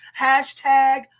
Hashtag